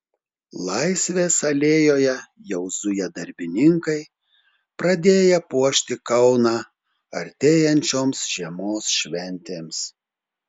laisvės alėjoje jau zuja darbininkai pradėję puošti kauną artėjančioms žiemos šventėms